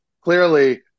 clearly